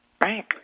Right